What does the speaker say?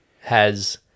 has-